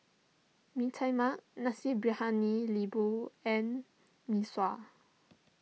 Mee Tai Mak Nasi Briyani Lembu and Mee Sua